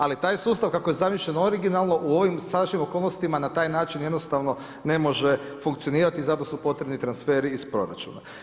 Ali taj sustav kako je zamišljen originalno u ovim sadašnjim okolnostima na taj način jednostavno ne može funkcionirati i zato su potrebni transferi iz proračuna.